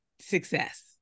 success